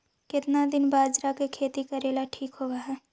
केतना दिन बाजरा के खेती करेला ठिक होवहइ?